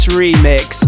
remix